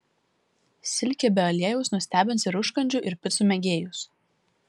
silkė be aliejaus nustebins ir užkandžių ir picų mėgėjus